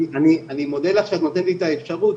אני מודה לך שאת נותנת לי את האפשרות,